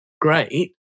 great